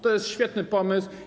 To jest świetny pomysł.